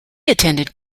attended